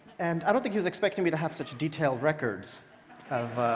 and i don't think he was expecting me to have such detailed records of